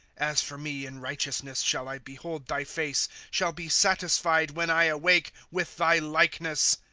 as for me, in righteousnosa shall i behold thy face, shall be satisfied, when i awake, with thy likeness.